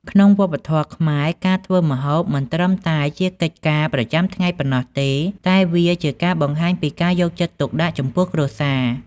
ក្នុងវប្បធម៌ខ្មែរ ការធ្វើម្ហូបមិនត្រឹមតែជាកិច្ចការប្រចាំថ្ងៃប៉ុណ្ណោះទេ តែជាការបង្ហាញពីការយកចិត្តទុកដាក់ចំពោះគ្រួសារ។